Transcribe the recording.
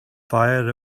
fire